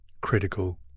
critical